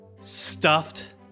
stuffed